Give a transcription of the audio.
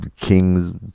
king's